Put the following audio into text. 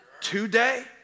today